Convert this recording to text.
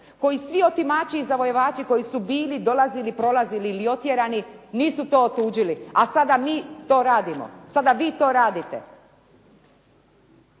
koji svi otimači i zavojevači koji su bili, dolazili, prolazili ili otjerani, nisu to otuđili, a sada mi to radimo, sada vi to radite.